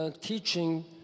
teaching